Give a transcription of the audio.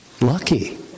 lucky